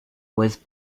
was